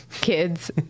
kids